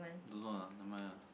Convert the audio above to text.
don't know lah never mind lah